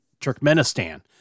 Turkmenistan